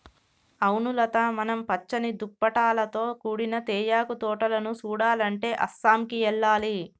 అవును లత మనం పచ్చని దుప్పటాలతో కూడిన తేయాకు తోటలను సుడాలంటే అస్సాంకి ఎల్లాలి